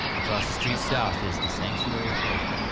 across the street south is the sanctuary of hope.